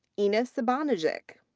ena sabanagic.